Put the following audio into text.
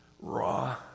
raw